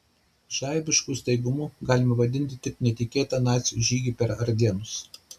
žaibišku staigumu galima vadinti tik netikėtą nacių žygį per ardėnus